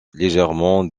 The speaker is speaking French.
légèrement